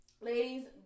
ladies